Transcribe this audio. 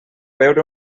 beure